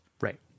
Right